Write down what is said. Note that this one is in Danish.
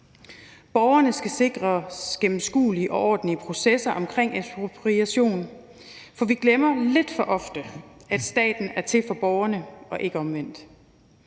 Borgerne skal sikres gennemskuelige og ordentlige processer omkring ekspropriation, for vi glemmer lidt for ofte, at staten er til for borgerne og ikke omvendt.